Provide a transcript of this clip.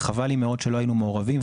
חבל לי מאוד שלא היינו מעורבים.